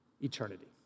eternity